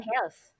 health